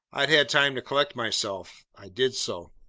i'd had time to collect myself. i did so.